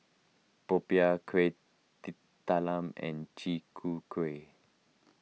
Popiah Kuih Talam and Chi Kak Kuih